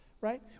right